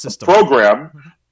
program